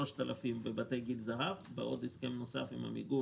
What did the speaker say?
3,000 בבתי גיל זהב ועוד הסכם נוסף עם עמיגור